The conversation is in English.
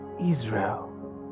Israel